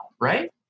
right